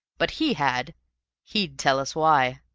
but he had he'd tell us why.